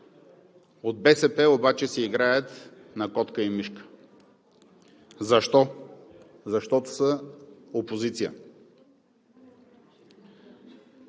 От БСП обаче си играят на котка и мишка. Защо? Защото са опозиция.